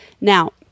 Now